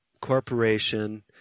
corporation